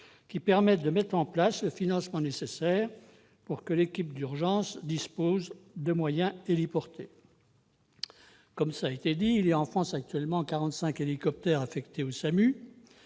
qui permettent de mettre en place le financement nécessaire pour que l'équipe d'urgence dispose de moyens héliportés. Cela a été dit, en France, à l'heure actuelle, 45 hélicoptères sont affectés aux SAMU.